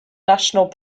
national